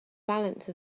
balance